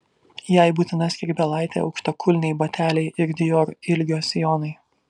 jai būtina skrybėlaitė aukštakulniai bateliai ir dior ilgio sijonai